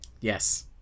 yes